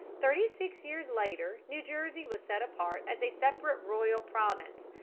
thirty-six years later new jersey was set apart as a separate royal province,